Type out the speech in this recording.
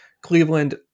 cleveland